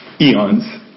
eons